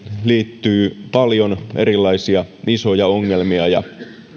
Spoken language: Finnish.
liittyy paljon erilaisia isoja ongelmia ja